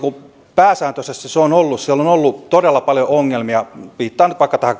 pääsääntöisesti siellä on ollut todella paljon ongelmia viittaan nyt vaikka tähän